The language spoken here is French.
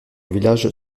village